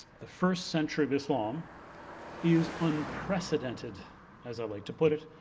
the first century of islam is unprecedented as i like to put it,